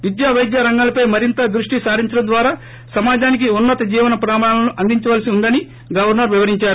విద్య వైద్య రంగాలపై మరింత దృష్టి సారించడం ద్వారా సమాజానికి ఉన్నత జీవన ప్రమాణాలను అందిందాల్సి ఉందని ఉందని గవర్సర్ వివరించారు